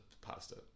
pasta